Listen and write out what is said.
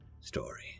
story